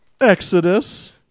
Exodus